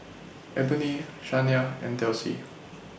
Eboni Shania and Delcie